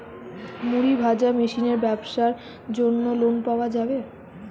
মুড়ি ভাজা মেশিনের ব্যাবসার জন্য লোন পাওয়া যাবে?